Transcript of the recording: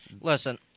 Listen